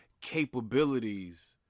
capabilities